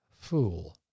fool